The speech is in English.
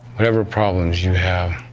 whatever problems you have,